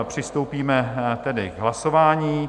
Přistoupíme tedy k hlasování.